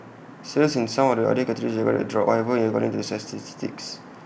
sales in some of the other categories recorded A drop however categories to the statistics